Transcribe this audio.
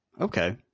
Okay